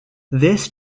this